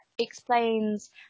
explains